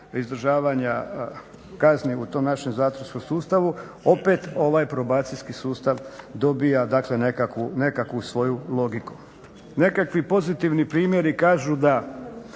izdržavanja kazni u tom našem zatvorskom sustavu opet ovaj probacijski sustav dobija, dakle nekakvu svoju logiku. Nekakvi pozitivni primjeri kažu da,